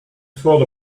thought